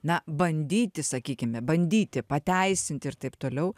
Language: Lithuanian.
na bandyti sakykime bandyti pateisinti ir taip toliau